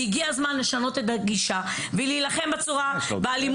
הגיע הזמן לשנות את הגישה ולהילחם באלימות